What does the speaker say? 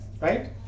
Right